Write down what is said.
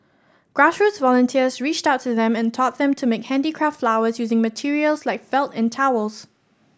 grassroots volunteers reached out to them and taught them to make handicraft flowers using materials like felt and towels